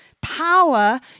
Power